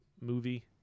movie